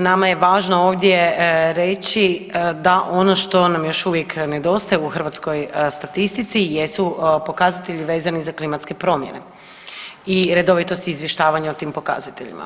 nama je važno ovdje reći da ono što nam još uvijek nedostaje u hrvatskoj statistici jesu pokazatelji vezani uz klimatske promjene i redovito s izvještavanje o tim pokazateljima.